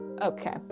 Okay